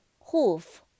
hoof